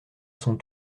son